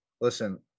listen